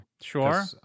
Sure